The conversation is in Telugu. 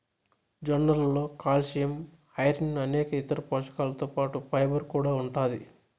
జొన్నలలో కాల్షియం, ఐరన్ అనేక ఇతర పోషకాలతో పాటు ఫైబర్ కూడా ఉంటాది